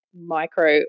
micro